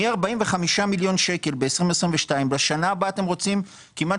מ-45 מיליון שקלים ב-2022 ב שנה הבאה אתם רוצים כמעט